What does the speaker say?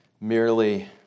merely